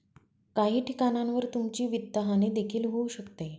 काही ठिकाणांवर तुमची वित्तहानी देखील होऊ शकते